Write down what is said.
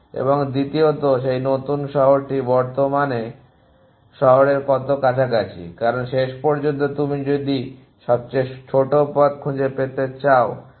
এবং দ্বিতীয়ত সেই নতুন শহরটি বর্তমান শহরের কতটা কাছাকাছি কারণ শেষ পর্যন্ত তুমি সবচেয়ে ছোট পথ খুঁজে পেতে চাও